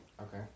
Okay